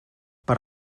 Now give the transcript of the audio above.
per